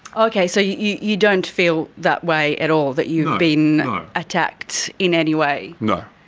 okay, so you you don't feel that way at all, that you've been attacked in any way? no.